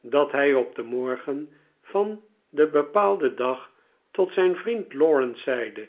dat hij op den morgen van den bepaalden dag tot zijn vriend lawrence zeide